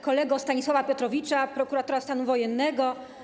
Kolego Stanisława Piotrowicza, prokuratora stanu wojennego!